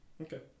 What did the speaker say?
Okay